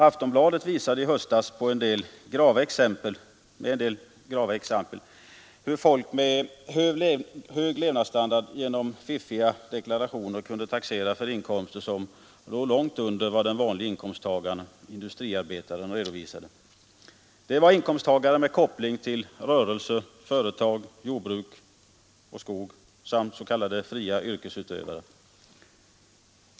Aftonbladet visade i höstas med en del grava exempel hur folk med hög levnadsstandard genom fiffiga deklarationer kunde taxera för inkomster som låg långt under vad den vanlige inkomsttagaren-industriarbetaren redovisade. Det var inkomsttagare med koppling till rörelse, företag, jordbruk och skog samt s.k. fria yrkesutövare.